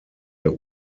der